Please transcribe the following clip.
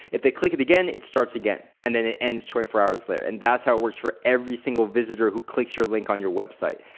they click it again it starts again and then it ends twenty four hours later and that's how it works for every single visitor who clicks your link on your website.